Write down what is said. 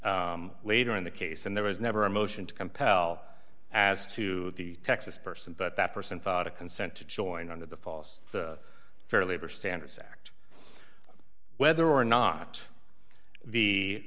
case later in the case and there was never a motion to compel as to the texas person but that person thought a consent to join under the false fair labor standards act whether or not the